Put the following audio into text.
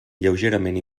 lleugerament